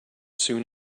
soon